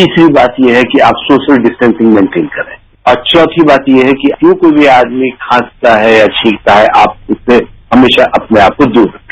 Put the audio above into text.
तीसरी बात यह है कि आप सोशल जिस्टेसिंग मेनटेन करें और चौथी बात यह है कि जो कोई भी आदभी खांसता है या छींकता है आप हमेश उससे अपने आप को दूर रखें